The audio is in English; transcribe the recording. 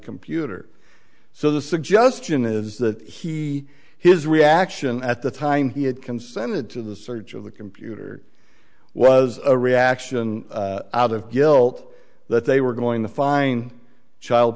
computer so the suggestion is that he his reaction at the time he had consented to the search of the computer was a reaction out of guilt that they were going to find child